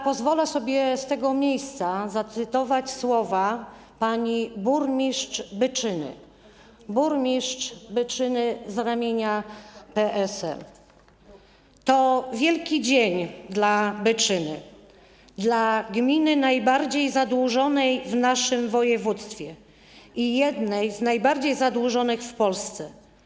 Pozwolę sobie z tego miejsca zacytować słowa pani burmistrz Byczyny z ramienia PSL: To wielki dzień dla Byczyny, dla gminy najbardziej zadłużonej w naszym województwie i jednej z najbardziej zadłużonych w Polsce.